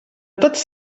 tots